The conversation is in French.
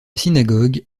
synagogue